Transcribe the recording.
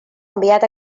enviat